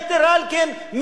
יתר על כן,